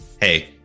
hey